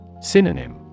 Synonym